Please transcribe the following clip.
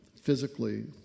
physically